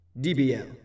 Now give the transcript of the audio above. DBL